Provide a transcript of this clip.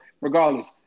regardless